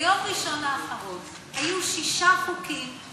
ביום ראשון האחרון היו שישה חוקים